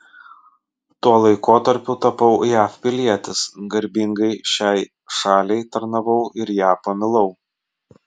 tuo laikotarpiu tapau jav pilietis garbingai šiai šaliai tarnavau ir ją pamilau